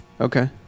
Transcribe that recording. Okay